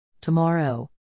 Tomorrow